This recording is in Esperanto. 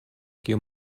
kiu